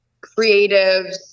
creatives